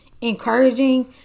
encouraging